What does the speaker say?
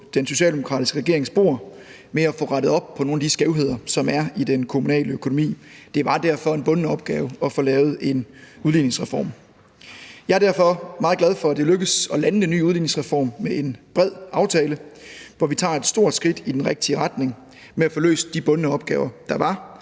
den socialdemokratiske regerings bord med at få rettet op på nogle af de skævheder, som der er i den kommunale økonomi. Det var derfor en bunden opgave at få lavet en udligningsreform. Jeg er derfor meget glad for, at det er lykkedes at lande den nye udligningsreform med en bred aftale, hvor vi tager et stort skridt i den rigtige retning med at få løst de bundne opgaver, der var,